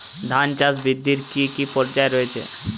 ধান চাষ বৃদ্ধির কী কী পর্যায় রয়েছে?